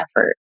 effort